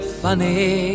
funny